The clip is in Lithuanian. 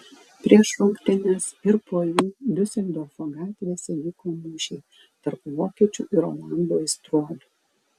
prieš rungtynes ir po jų diuseldorfo gatvėse vyko mūšiai tarp vokiečių ir olandų aistruolių